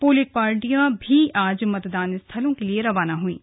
polling पार्टियां भी आज मतदान स्थलों के लिए रवाना हुईं